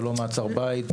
ולא מעצר בית.